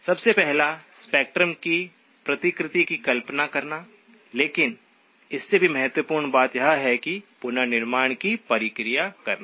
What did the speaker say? सबसे पहला स्पेक्ट्रम की प्रतिकृति की कल्पना करना लेकिन इससे भी महत्वपूर्ण बात यह है कि पुनर्निर्माण की प्रक्रिया करना